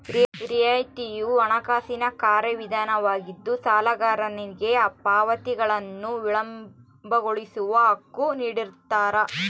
ರಿಯಾಯಿತಿಯು ಹಣಕಾಸಿನ ಕಾರ್ಯವಿಧಾನವಾಗಿದ್ದು ಸಾಲಗಾರನಿಗೆ ಪಾವತಿಗಳನ್ನು ವಿಳಂಬಗೊಳಿಸೋ ಹಕ್ಕು ನಿಡ್ತಾರ